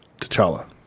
T'Challa